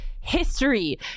history